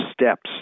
steps